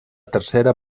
tercera